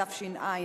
התשע"א,